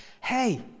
hey